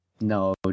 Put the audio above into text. No